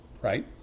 Right